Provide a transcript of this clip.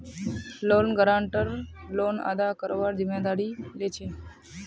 loan guarantor loan अदा करवार जिम्मेदारी लीछे